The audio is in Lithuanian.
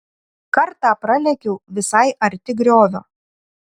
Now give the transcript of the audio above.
kartą pralėkiau visai arti griovio